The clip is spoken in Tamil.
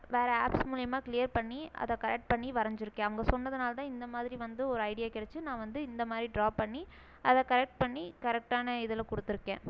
வேற ஆப்ஸ் மூலியமாக க்ளியர் பண்ணி அதை கரெட் பண்ணி வரைஞ்சிருக்கேன் அவங்க சொன்னதினாலதான் இந்த மாதிரி வந்து ஒரு ஐடியா கிடைச்சி நான் வந்து இந்த மாதிரி ட்ரா பண்ணி அதை கரெட் பண்ணி கரெக்டான இதில் கொடுத்துருக்கேன்